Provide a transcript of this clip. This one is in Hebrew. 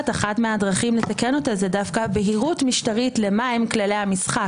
שאחת מהדרכים לתקן אותה זה דווקא בהירות משטרית למה הם כללי המשחק